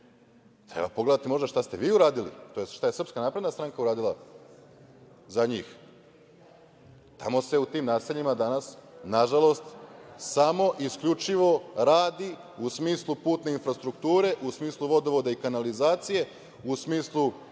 Treba da pogledate, možda, šta ste vi uradili, tj. šta je SNS uradila zadnjih… Tamo se u tim naseljima danas, nažalost, samo i isključivo radi u smislu putne infrastrukture, u smislu vodovoda i kanalizacije, u smislu